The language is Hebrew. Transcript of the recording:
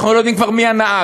אנחנו לא יודעים כבר מי הנהג.